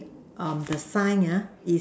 um the sign ah is